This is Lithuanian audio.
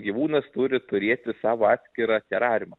gyvūnas turi turėti savo atskirą terariumą